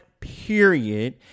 period